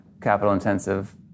capital-intensive